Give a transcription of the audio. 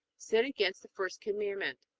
sin against the first commandment?